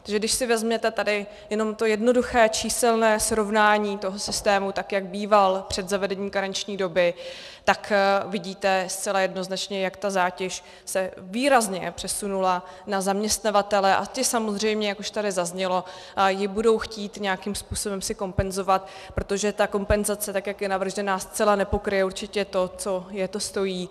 Takže když si vezmete tady jenom to jednoduché číselné srovnání toho systému, tak jak býval před zavedením karenční doby, tak vidíte zcela jednoznačně, jak ta zátěž se výrazně přesunula na zaměstnavatele, a ti samozřejmě, jak už tady zaznělo, si ji budou chtít nějakým způsobem kompenzovat, protože ta kompenzace, tak jak je navržena, zcela určitě nepokryje to, co je to stojí.